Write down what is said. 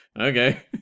okay